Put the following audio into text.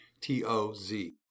T-O-Z